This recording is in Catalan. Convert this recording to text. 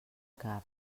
cap